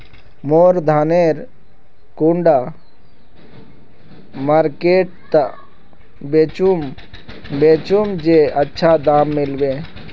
मोर धानेर कुंडा मार्केट त बेचुम बेचुम जे अच्छा दाम मिले?